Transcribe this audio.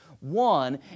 One